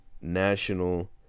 national